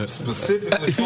specifically